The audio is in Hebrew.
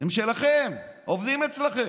הם שלכם, עובדים אצלכם.